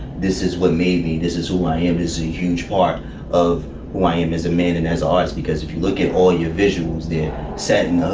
this is what maybe this is all i am and is a huge part of why i am is a man in his eyes. because if you look at all your visuals, they're setting,